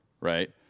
right